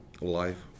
life